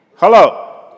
Hello